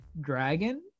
dragon